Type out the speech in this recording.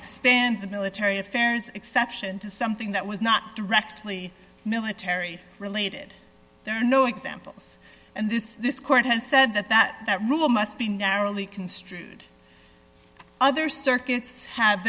expand the military affairs exception to something that was not directly military related there are no examples and this this court has said that that rule must be narrowly construed other circuits ha